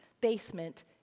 basement